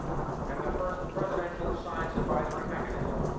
and the first presidential science advisory mechanism,